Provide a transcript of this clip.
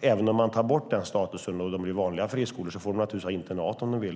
Även om man tar bort den statusen och de blir vanliga friskolor får de naturligtvis ha internat om de vill.